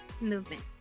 movement